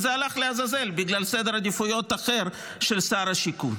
וזה הלך לעזאזל בגלל סדר עדיפויות אחר של שר השיכון.